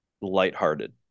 lighthearted